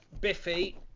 Biffy